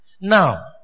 Now